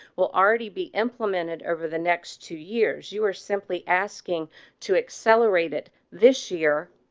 will already be implemented over the next two years. you are simply asking to accelerate it. this year,